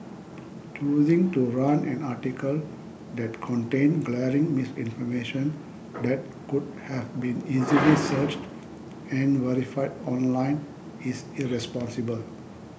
choosing to run an article that contained glaring misinformation that could have been easily searched and verified online is irresponsible